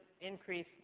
increase